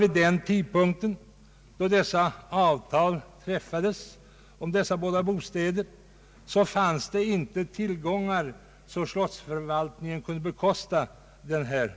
Vid den tidpunkt då avtalet träffades om dessa båda bostäder hade inte slottsförvaltningen tillgångar så att den kunde bekosta renovering.